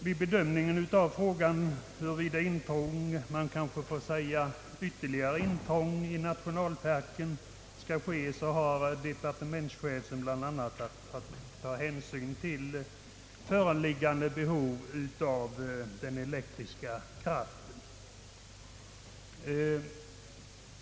Vid bedömningen av frågan huruvida in trång — man kanske bör säga ytterligare intrång — i nationalparken får ske har departementschefen haft att ta hänsyn till föreliggande behov av elkraft.